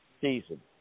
season